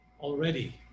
already